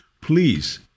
please